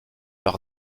leur